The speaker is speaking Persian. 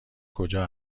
کجا